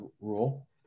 rule